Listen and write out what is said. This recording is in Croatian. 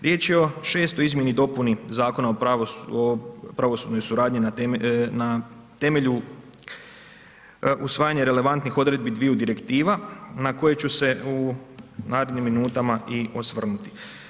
Riječ je o 6. izmjeni i dopuni Zakona o pravosudnoj suradnji na temelju usvajanja relevantnih odredbi dviju direktiva na koje ću se u narednim minutama i osvrnuti.